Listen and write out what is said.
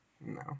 No